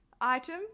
item